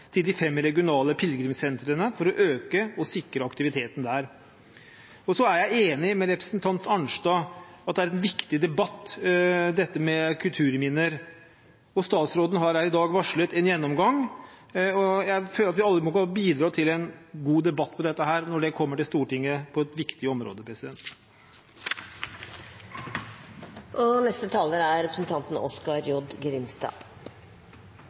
til de regionale pilegrimssentrene for å sikre og øke aktiviteten der. Så er jeg enig med representanten Arnstad i at det er en viktig debatt, dette med kulturminner. Statsråden har her i dag varslet en gjennomgang, og jeg mener at vi alle må bidra til en god debatt om dette når den kommer til Stortinget, for det er et viktig område. Eg forstår at opposisjonen, og Arbeidarpartiet spesielt, er